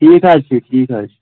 ٹھیٖک حظ چھُ ٹھیٖک حظ چھُ